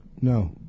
No